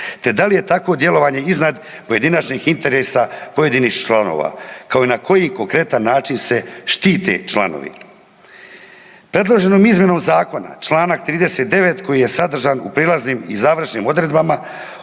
Te da li je takvo djelovanje iznad pojedinačnih interesa pojedinih članova kao i na koji konkretan način se štite članovi? Predloženom izmjenom Zakona članak 39. koji je sadržan u prijelaznim i završnim odredbama